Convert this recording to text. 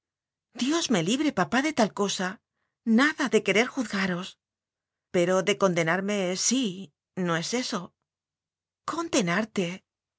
dios me libre papá de tal cosa nada de querer juzgaros pero de condenarme sí no es eso condenarte